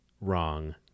wrong